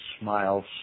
smiles